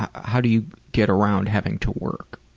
how do you get around having to work?